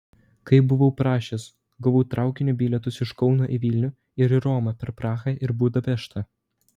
kaip buvau prašęs gavau traukinio bilietus iš kauno į vilnių ir į romą per prahą ir budapeštą